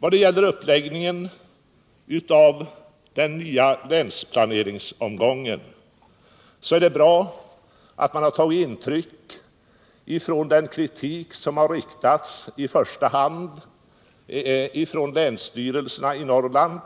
Då det gäller uppläggningen av den nya länsplaneringsomgången är det bra att man har tagit intryck av den kritik som i första hand kommit från länsstyrelserna i Norrland